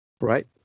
right